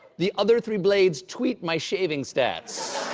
the other three blades tweet my shaving stats.